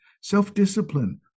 self-discipline